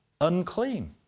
unclean